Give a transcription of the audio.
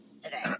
today